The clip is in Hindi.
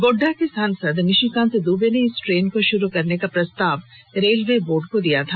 गोड्डा के सांसद निशिकांत दूबे ने इस ट्रेन को शुरू करने का प्रस्ताव रेलवे बोर्ड को दिया था